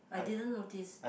I didn't notice